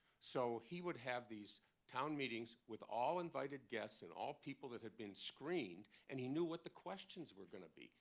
so he would have these town meetings with all invited guests and all people that had been screened, and he knew what the questions were going to be.